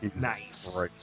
Nice